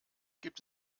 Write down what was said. gibt